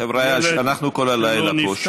חבריא, אנחנו כל הלילה פה.